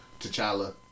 T'Challa